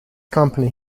company